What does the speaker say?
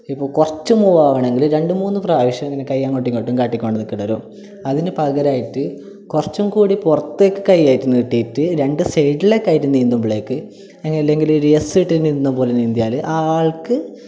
ഇപ്പോൾ കുറച്ച് മൂവ് ആകണമെങ്കില് രണ്ട് മൂന്ന് പ്രാവശ്യം ഇങ്ങനെ കൈ അങ്ങോട്ടുമിങ്ങോട്ടും കാട്ടിക്കൊണ്ട് നിൽക്കേണ്ടി വരും അതിന് പകരമായിട്ട് കുറച്ചുംകൂടി പുറത്തേക്ക് കൈ ഏറ്റു നീട്ടിയിറ്റ് രണ്ട് സൈഡിലേക്ക് ആയിട്ട് നീന്തുമ്പോഴേക്ക് അങ്ങനെ അല്ലെങ്കില് ഒര് എസ് ഇട്ടിട്ട് നീന്തുന്ന പോലെ നീന്തിയാല് ആ ആൾക്ക്